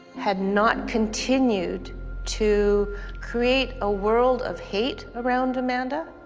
had not continued to create a world of hate around amanda,